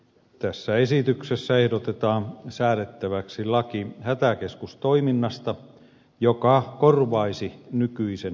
tässä esityksessä ehdotetaan säädettäväksi laki hätäkeskustoiminnasta joka korvaisi nykyisen hätäkeskuslain